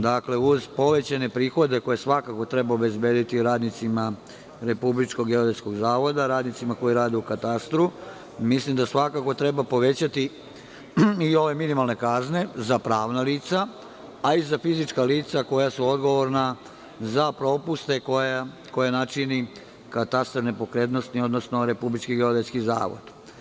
Dakle, uz povećane prihode, koje svakako treba obezbediti i radnicima Republičkog geodetskog zavoda, radnicima koji rade u katastru, mislim da svakako treba povećati i ove minimalne kazne za pravna lica, a i za fizička lica koja su odgovorna za propuste koje načini katastar nepokretnosti, odnosno Republički geodetski zavod.